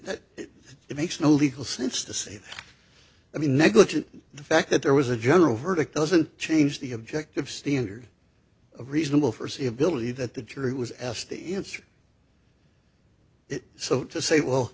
that it makes no legal sense to say i mean negligent the fact that there was a general verdict doesn't change the objective standard of reasonable for civility that the jury was asked to answer it so to say well